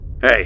Hey